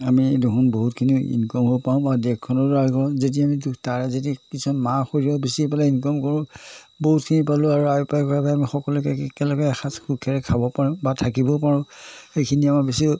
আমি এই দেখোন বহুত খিনি ইনকম হ'ব পাৰোঁ বা দেশখনৰ যদি আমি তাৰে যদি কিছুমান মাহ সৰিয়হ বেছি পেলাই ইনকম কৰোঁ বহুতখিনি পালোঁ আৰু আমি সকলোকে একেলগে এসাঁজ সুখেৰে খাব পাৰোঁ বা থাকিবও পাৰোঁ সেইখিনি আমাৰ বেছি